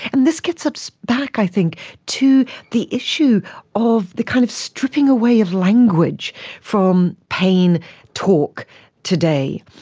and this gets us back i think to the issue of the kind of stripping away of language from pain talk today.